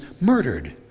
murdered